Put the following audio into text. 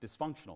dysfunctional